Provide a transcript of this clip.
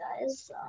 guys